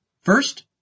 First